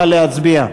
נא להצביע.